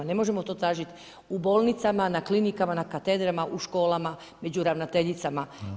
Ne možemo to tražiti u bolnicama, na klinikama, na katedrama, u školama, među ravnateljicama.